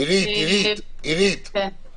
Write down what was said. כמובן שזה בכפוף לכל התנאים שיחליטו עליהם.